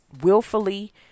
willfully